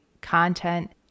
content